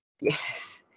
Yes